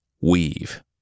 Weave